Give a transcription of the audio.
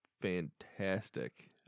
Fantastic